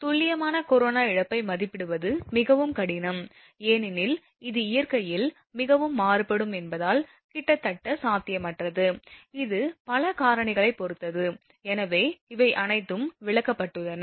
துல்லியமான கொரோனா இழப்பை மதிப்பிடுவது மிகவும் கடினம் ஏனெனில் இது இயற்கையில் மிகவும் மாறுபடும் என்பதால் கிட்டத்தட்ட சாத்தியமற்றது இது பல காரணிகளைப் பொறுத்தது எனவே இவை அனைத்தும் விளக்கப்பட்டுள்ளன